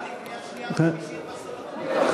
החוק יובא לקריאה שנייה ושלישית בסוף, אדוני?